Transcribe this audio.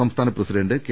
സംസ്ഥാന president K